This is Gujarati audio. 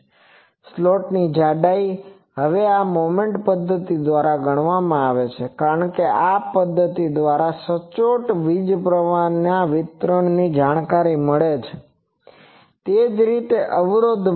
સ્લોટની જાડાઈ હવે આ મોમેન્ટ પદ્ધતિ દ્વારા ગણવામાં આવે છે કારણ કે આ દ્વારા તમને સચોટ પ્રવાહ વિતરણ મળે છે અને તે જ રીતે અવરોધ મળે છે